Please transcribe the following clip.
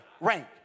Rank